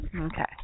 Okay